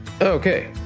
okay